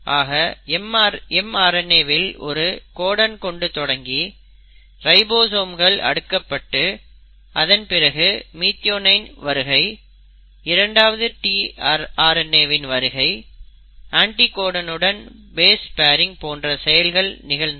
ஆக mRNA வில் ஒரு கோடன் கொண்டு தொடங்கி ரைபோசோம்கள் அடுக்கப்பட்டு இதன் பிறகு மிதியோனைன் வருகை இரண்டாவது tRNAவின் வருகை அண்டிகோடனுடன் பேஸ் பேரிங் போன்ற செயல்கள் நிகழ்ந்தன